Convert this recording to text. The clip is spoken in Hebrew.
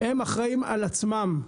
הם אחראים על עצמם,